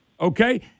okay